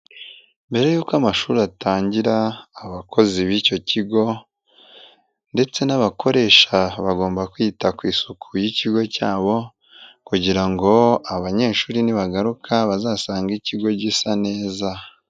Mbere y'uko amashuri atangira abakozi b'icyo kigo ndetse n'abakoresha bagomba kwita ku isuku y'ikigo cyabo kugira ngo abanyeshuri nibagaruka bazasange ikigo gisa neza.